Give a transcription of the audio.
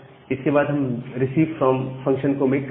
इसके बाद हम रिसीव फ्रॉम फंक्शन को मेक कर रहे हैं